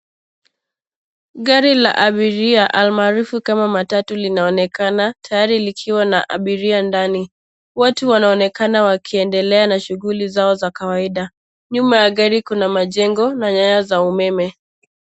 Gari la abiria almaarufu kama matatu linaonekana tayari likwa na abiria ndani .Watu wanaonekana wakiendelea na shughuli zao za kawaida Nyuma ya gari kuna majengi na nyaya za umeme.